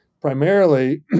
primarily